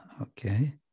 okay